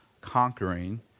conquering